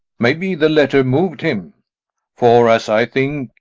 may be the letter mov'd him for, as i think,